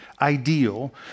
ideal